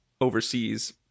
overseas